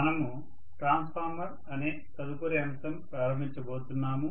మనము ట్రాన్స్ఫార్మర్స్ అనే తదుపరి అంశం ప్రారంభించబోతున్నాము